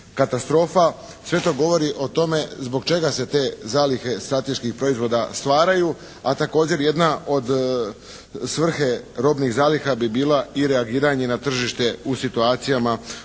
katastrofa. Sve to govori o tome zbog čega se te zalihe strateških proizvoda stvaraju, a također jedna od svrhe robnih zaliha bi bila i reagiranje na tržište u situacijama koje mogu negdje